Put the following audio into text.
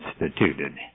instituted